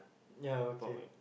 ya okay